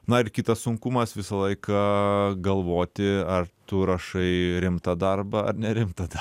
na ir kitas sunkumas visą laiką galvoti ar tu rašai rimtą darbą ar nerimtą